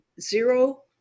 zero